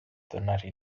tornare